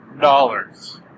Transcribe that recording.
dollars